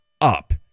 up